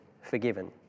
forgiven